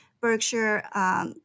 Berkshire